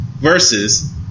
Versus